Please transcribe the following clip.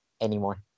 anymore